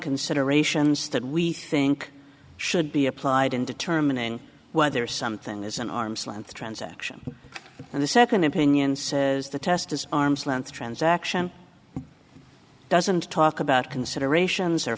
considerations that we think should be applied in determining whether something is an arm's length transaction and the second opinion says the test is arm's length transaction doesn't talk about considerations or